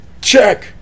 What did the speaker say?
check